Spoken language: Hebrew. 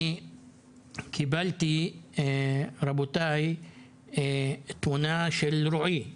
אני קיבלתי, רבותיי, תמונה של רועי.